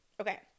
okay